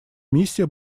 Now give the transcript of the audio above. миссия